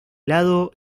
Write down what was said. lado